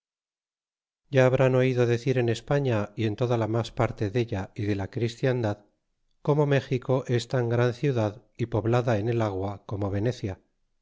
ya habrán oído decir en españa y en toda la mas parte della y de la christiandad como méxico es tan gran ciudad y poblada en el agua como venecia